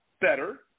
better